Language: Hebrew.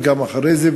וגם אחרי זה,